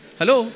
Hello